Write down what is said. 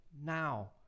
now